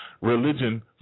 religion